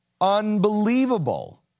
Unbelievable